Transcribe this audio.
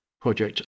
project